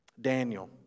Daniel